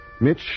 Mitch